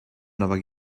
nova